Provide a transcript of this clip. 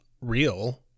real